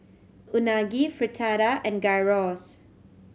Unagi Fritada and Gyros